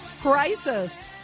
crisis